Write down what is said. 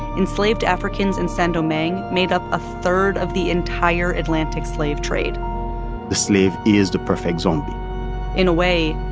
enslaved africans in saint-domingue made up a third of the entire atlantic slave trade the slave is the perfect zombie in a way,